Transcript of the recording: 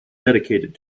dedicated